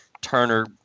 Turner